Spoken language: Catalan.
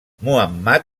muhammad